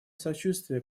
сочувствие